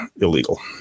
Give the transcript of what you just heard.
illegal